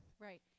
Right